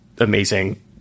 amazing